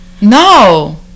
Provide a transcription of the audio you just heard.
no